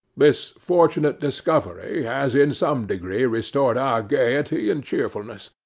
this fortunate discovery has in some degree restored our gaiety and cheerfulness.